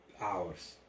hours